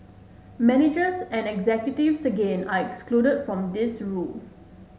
managers and executives again are excluded from this rule